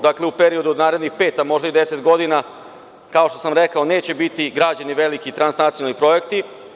Dakle, u periodu od narednih pet, a možda i deset godina, kao što sam rekao, neće biti građeni veliki transnacionalni projekti.